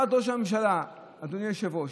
ראש הממשלה בפועל.